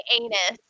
anus